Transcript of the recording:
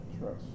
trust